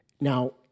Now